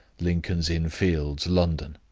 lincoln's inn fields, london.